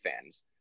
fans